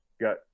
got